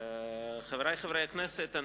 חברי חברי הכנסת,